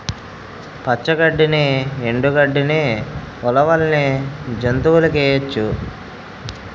పచ్చ గడ్డిని ఎండు గడ్డని ఉలవల్ని జంతువులకేయొచ్చు